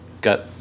got